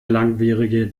langwierige